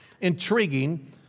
intriguing